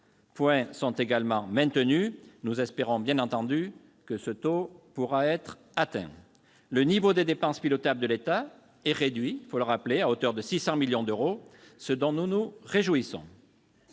à 1,7 % sont également maintenues ; nous espérons bien entendu que ce taux pourra être atteint. Le niveau des dépenses pilotables de l'État est réduit à hauteur de 600 millions d'euros, ce dont nous nous réjouissons.